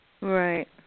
Right